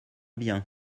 bien